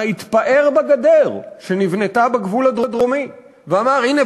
בגדר שנבנתה בגבול הדרומי ואמר: הנה,